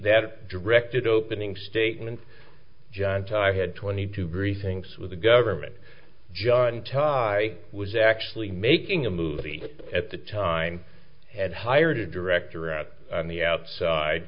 the directed opening statement john ty had twenty two briefings with the government jun tie was actually making a movie at the time and hired a director out on the outside